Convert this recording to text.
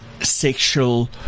sexual